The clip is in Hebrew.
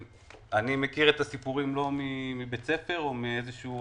אני מכיר את הסיפורים לא מבית הספר או מאיזשהו